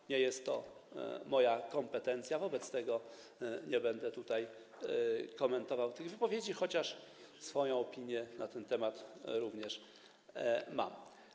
To nie jest moja kompetencja, wobec czego nie będę tutaj komentował tych wypowiedzi, chociaż swoją opinię na ten temat również mam.